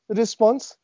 response